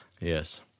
Yes